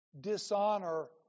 dishonor